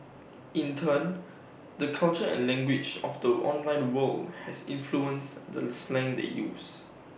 in turn the culture and language of the online world has influenced the slang they use